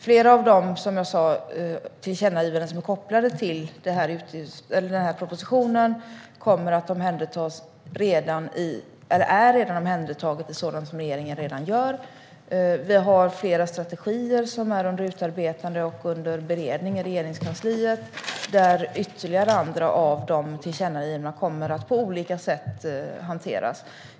Flera av de tillkännagivanden som är kopplade till propositionen är omhändertaget i sådant som regeringen redan gör. Vi har flera strategier som är under utarbetande och beredning i Regeringskansliet där ytterligare andra av de tillkännagivandena kommer att på olika sätt hanteras.